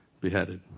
beheaded